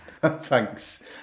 Thanks